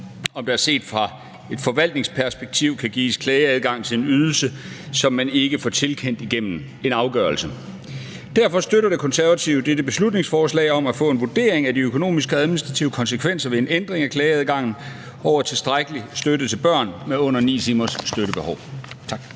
om der set fra et forvaltningsperspektiv kan gives klageadgang til en ydelse, som man ikke får tilkendt gennem en afgørelse. Derfor støtter De Konservative dette beslutningsforslag om at få en vurdering af de økonomiske og administrative konsekvenser ved en ændring af klageadgangen i forbindelse med tildeling af støtte til børn med under 9 timers støttebehov. Tak.